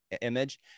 image